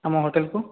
ଆମ ହୋଟେଲ୍କୁ